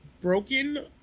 broken